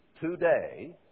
today